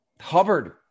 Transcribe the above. Hubbard